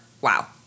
wow